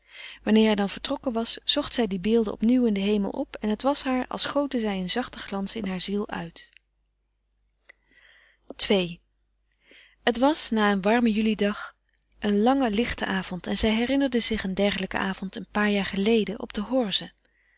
wanneer hij dan vertrokken was zocht zij die beelden opnieuw in den hemel op en het was haar als goten zij een zachten glans in hare ziel uit ii het was na een warmen julidag een lange lichte avond en zij herinnerde zich een dergelijken avond een paar jaar geleden op de horze